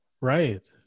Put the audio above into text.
Right